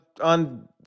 on